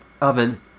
oven